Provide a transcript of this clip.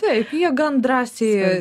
taip jie gan drąsiai